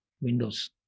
Windows